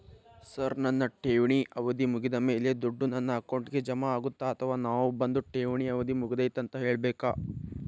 Sir ನನ್ನ ಠೇವಣಿ ಅವಧಿ ಮುಗಿದಮೇಲೆ, ದುಡ್ಡು ನನ್ನ ಅಕೌಂಟ್ಗೆ ಜಮಾ ಆಗುತ್ತ ಅಥವಾ ನಾವ್ ಬಂದು ಠೇವಣಿ ಅವಧಿ ಮುಗದೈತಿ ಅಂತ ಹೇಳಬೇಕ?